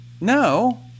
No